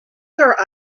her